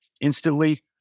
instantly